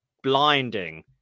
blinding